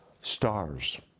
stars